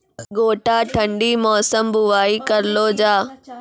गोटा ठंडी मौसम बुवाई करऽ लो जा?